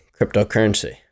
cryptocurrency